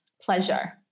pleasure